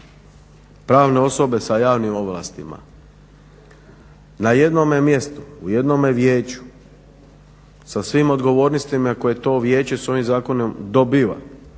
pravne osobe s javnim ovlastima na jednome mjestu, u jednome vijeću sa svim odgovornostima koje to vijeće s ovim zakonom dobiva,